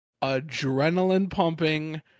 adrenaline-pumping